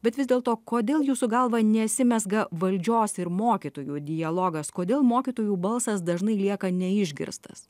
bet vis dėlto kodėl jūsų galva nesimezga valdžios ir mokytojų dialogas kodėl mokytojų balsas dažnai lieka neišgirstas